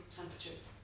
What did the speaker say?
temperatures